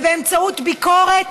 ובאמצעות ביקורת,